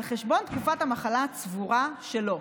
על חשבון תקופת המחלה הצבורה שלו.